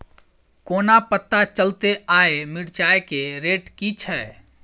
कोना पत्ता चलतै आय मिर्चाय केँ रेट की छै?